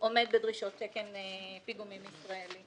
עומד בדרישות תקן הפיגומים הישראלי".